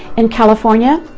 in california,